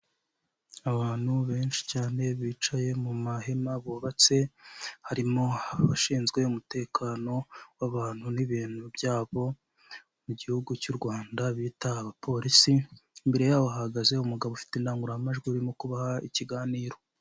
Abantu benshi cyane bicaye mu mahema bubatse, harimo abashinzwe umutekano w'abantu n'ibintu bya bo mu gihugu cy'u Rwanda bita abapolisi, imbere ya bo hahagaze umugabo ufite indangurumajwi urimo kubaha ikiganiro.